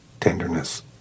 tenderness